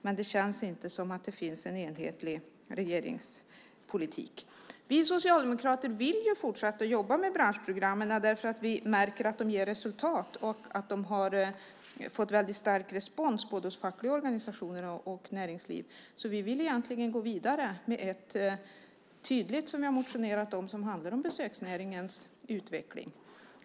Men det känns inte som att det finns en enhetlig regeringspolitik. Vi socialdemokrater vill fortsätta att jobba med branschprogrammen därför att vi märker att de ger resultat och att de har fått en väldigt stark respons hos både de fackliga organisationerna och näringslivet. Därför vill vi egentligen gå vidare med det som vi tydligt motionerat om och som handlar om besöksnäringens utveckling.